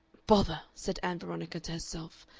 bother! said ann veronica to herself,